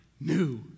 new